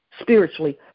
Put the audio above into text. spiritually